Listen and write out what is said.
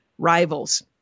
Rivals